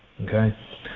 Okay